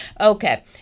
okay